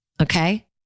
Okay